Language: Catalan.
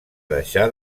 deixar